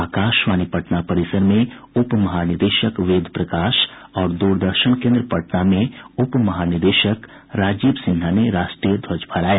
आकाशवाणी पटना परिसर में उप महानिदेशक वेद प्रकाश और द्रदर्शन केन्द्र पटना में उप महानिदेशक राजीव सिन्हा ने राष्ट्रीय ध्वज फहराया